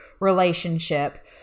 relationship